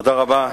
תודה רבה.